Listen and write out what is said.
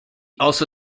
also